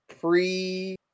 pre